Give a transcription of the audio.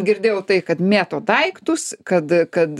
girdėjau tai kad mėto daiktus kad kad